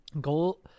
goal